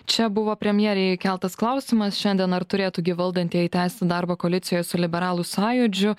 čia buvo premjerei keltas klausimas šiandien ar turėtų gi valdantieji tęsti darbą koalicijoje su liberalų sąjūdžiu